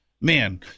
man